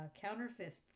counterfeit